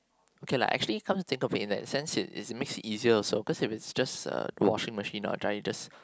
okay lah actually come to think of it in the sense it it makes it easier also because if it's just uh washing machine or drying just